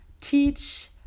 teach